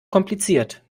kompliziert